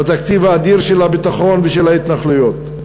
בתקציב האדיר של הביטחון ושל ההתנחלויות.